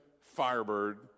Firebird